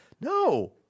No